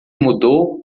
mudou